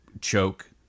choke